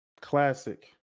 Classic